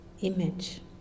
image